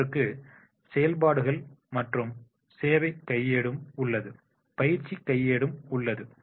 இவற்றுக்கு செயல்பாடுகள் மற்றும் சேவை கையேடும் உள்ளது பயிற்சி கையேடும் உள்ளது